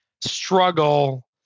struggle